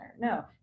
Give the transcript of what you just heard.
No